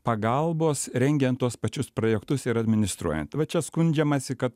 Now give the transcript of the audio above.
pagalbos rengiant tuos pačius projektus ir administruojant va čia skundžiamasi kad